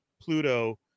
pluto